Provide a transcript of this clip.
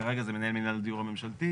כרגע זה מנהל מינהל הדיור הממשלתי,